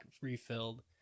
refilled